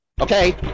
Okay